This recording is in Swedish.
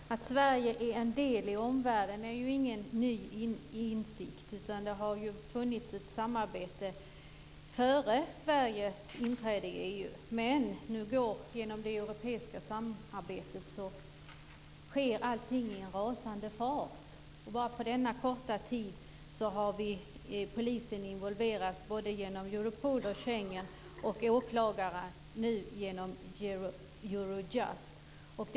Fru talman! Att Sverige är en del i omvärlden är ju ingen ny insikt, utan det har ju funnits ett samarbete före Sveriges inträde i EU. Men genom det europeiska samarbetet sker allting i en rasande fart. Bara på denna korta tid har polisen involverats både genom Europol och Schengen och åklagarna genom Eurojust.